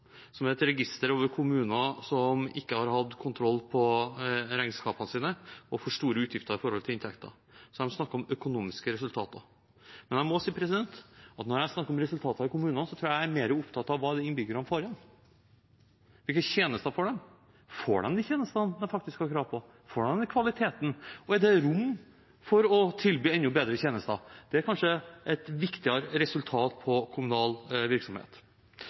er et register over kommuner som ikke har hatt kontroll på regnskapene sine, og som har hatt for store utgifter i forhold til inntektene, og så har de snakket om økonomiske resultater. Jeg må si at når jeg snakker om resultater i kommunene, tror jeg at jeg er mer opptatt av hva alle innbyggerne får igjen. Hvilke tjenester får de? Får de de tjenestene de faktisk har krav på? Får de den kvaliteten, og er det rom for å tilby enda bedre tjenester? Det er kanskje et viktigere resultat av kommunal virksomhet.